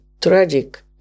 tragic